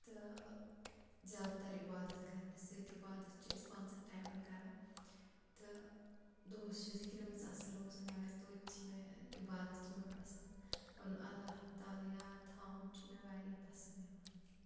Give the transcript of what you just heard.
تہٕ زیادٕ تَر عبادت کَرنہٕ سۭتۍ عبادت چھِ أسۍ پانٛژَن ٹایمَن کَران تہٕ دۄہَس چھِ ذِکرِ منٛز آسان روزان مگر توتہِ چھِ مےٚ عبادت چھِ مےٚ پَسنٛد پَنُن اللہ تعلیٰ یاد تھَوُن چھُ مےٚ واریاہ پَسنٛد یِوان